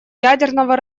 ядерного